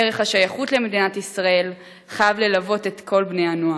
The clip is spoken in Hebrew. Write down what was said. ערך השייכות למדינת ישראל חייב ללוות את כל בני-הנוער.